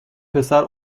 پسر